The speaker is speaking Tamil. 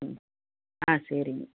ம் ஆ சரிங்க